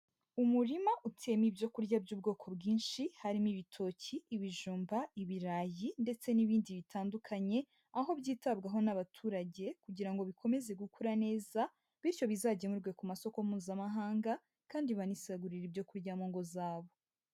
Umurima uteyemo ibyo kurya by'ubwoko bwinshi harimo ibitoki, ibijumba, ibirayi ndetse n'ibindi bitandukanye, aho byitabwaho n'abaturage kugira ngo bikomeze gukura neza, bityo bizagemurwe ku masoko mpuzamahanga kandi banisagurire ibyo kurya mu ngo zabo.